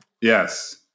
Yes